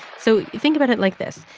so think about it like this.